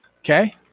Okay